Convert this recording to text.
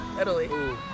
Italy